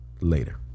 later